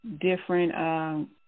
different